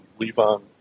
Levon